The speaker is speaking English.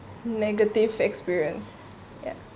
negative experience ya